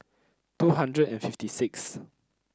two hundred and fifty sixth